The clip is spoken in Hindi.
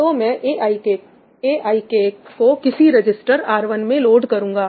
तो मैं aik को किसी रजिस्टर R1 में लोड करूंगा